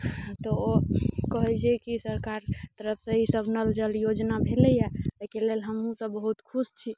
तऽ ओ कहै छै कि सरकार तरफसँ ईसभ नल जल योजना भेलैए एहिके लेल हमहूँसभ बहुत खुश छी